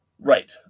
right